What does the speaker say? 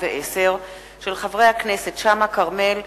מאת חברי הכנסת כרמל שאמה,